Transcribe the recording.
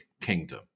kingdom